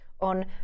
on